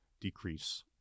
decrease